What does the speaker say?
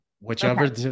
Whichever